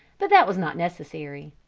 but that was not necessary.